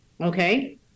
okay